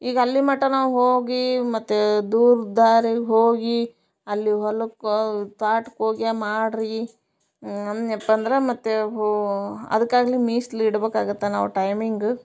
ಈಗ ಅಲ್ಲಿ ಮಟ ನಾವು ಹೋಗಿ ಮತ್ತೆ ದೂರ ದಾರೆಗ ಹೋಗಿ ಅಲ್ಲಿ ಹೊಲಕ್ಕೆ ಓ ತ್ವಾಟ್ಕೆ ಹೋಗೆ ಮಾಡಿರಿ ಅಂದ್ನ್ಯಪ್ಪ ಅಂದ್ರೆ ಮತ್ತು ಹೋ ಅದಕ್ಕಾಗಲಿ ಮೀಸ್ಲು ಇಡ್ಬೇಕಾಗತ್ತೆ ನಾವು ಟೈಮಿಂಗ